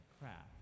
craft